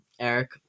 Eric